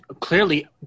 clearly